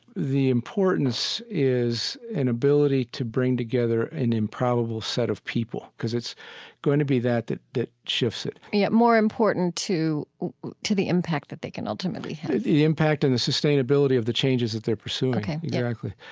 the importance is an ability to bring together an improbable set of people because it's going to be that that that shifts it yeah. more important to to the impact that they can ultimately have the impact and the sustainability of the changes that they're pursuing ok exactly.